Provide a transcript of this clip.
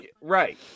Right